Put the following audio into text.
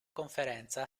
conferenza